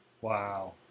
Wow